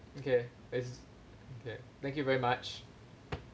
okay is okay thank you very much